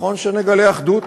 נכון שנגלה אחדות